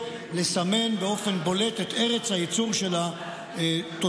לסמן באופן בולט את ארץ הייצור של התוצרת.